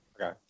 Okay